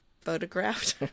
photographed